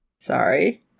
sorry